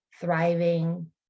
thriving